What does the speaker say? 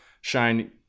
shine